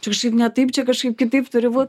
čia kažkaip ne taip čia kažkaip kitaip turi būt